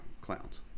clowns